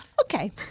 Okay